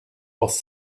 was